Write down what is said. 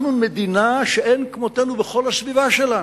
אנחנו מדינה שאין כמוה בכל הסביבה שלנו.